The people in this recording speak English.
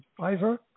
Ivor